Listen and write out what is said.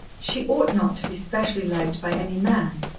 she ought not to be specially liked by any man.